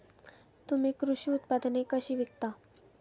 तुम्ही कृषी उत्पादने कशी विकता?